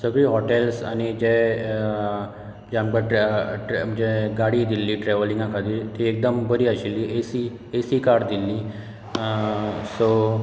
सगळी हॉटेल्स आनी जे आमचें गाडी दिल्ली ट्रेवलिंगा खातीर एकदम बरी आशिल्ली ती AC AC car Delhi so